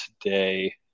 today